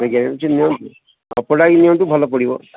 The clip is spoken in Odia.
ଗ୍ୟାରେଣ୍ଟି ଓପୋଟା ହିଁ ନିଅନ୍ତୁ ଭଲ ପଡ଼ିବ